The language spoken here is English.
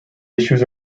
issues